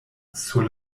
sur